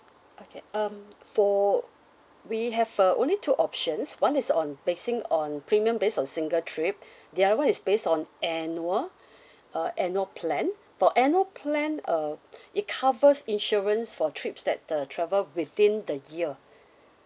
okay um for we have uh only two options one is on basing on premium based on single trip the other one is based on annual uh annual plan for annual plan uh it covers insurance for trips that the travel within the year